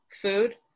food